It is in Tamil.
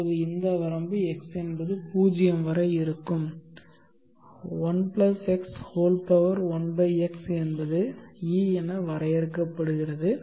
இப்போது இந்த வரம்பு x என்பது 0 வரை இருக்கும் 1 x1x என்பது e என வரையறுக்கப்படுகிறது